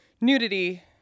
nudity